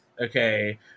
okay